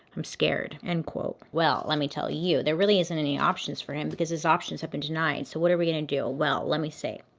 i'm scared. and well let me tell you, there really isn't any options for him, because his options have been denied. so what are we gonna and do? well, let me say.